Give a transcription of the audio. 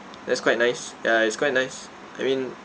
that's quite nice ya it's quite nice I mean